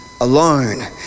alone